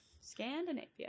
Scandinavia